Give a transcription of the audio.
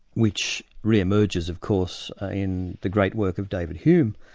which re-emerges of course in the great work of david hume,